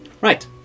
Right